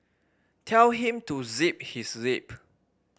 tell him to zip his lip